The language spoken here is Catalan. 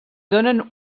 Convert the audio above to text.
donen